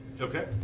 Okay